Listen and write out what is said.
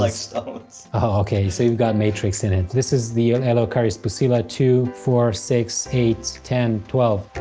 like ah okay, so you've got matrix in it. this is the eleocharis pusilla. two, four, six, eight, ten, twelve.